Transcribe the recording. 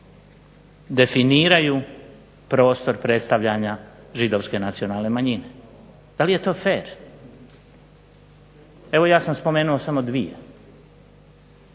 definiraju prostor predstavljanja židovske nacionalne manjine, da li je to fer? Ja sam spomenuo samo dvije.